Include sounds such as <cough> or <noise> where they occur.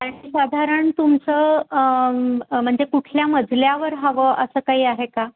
<unintelligible> साधारण तुमचं म्हणजे कुठल्या मजल्यावर हवं असं काही आहे का